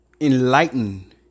enlighten